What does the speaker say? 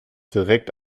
direkt